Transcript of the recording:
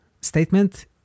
statement